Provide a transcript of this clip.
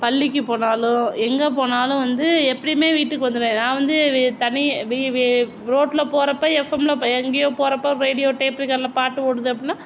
பள்ளிக்கு போனாலும் எங்கே போனாலும் வந்து எப்படியுமே வீட்டுக்கு வந்து நான் வந்து தனி ரோட்டில் போகிறப்ப எஃப்எம்மில் எங்கேயோ போகிறப்ப ரேடியோ டேப்ரிகார்டில் பாட்டு ஓடுது அப்படினா